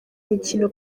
mikino